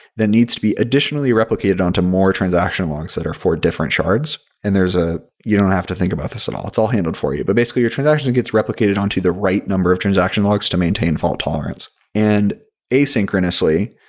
that needs to be additionally replicated on to more transaction logs that are for different shards, and ah you don't have to think about this at and all. it's all handled for you. but, basically, your transaction gets replicated on to the right number of transaction logs to maintain fault-tolerance. and asynchronously,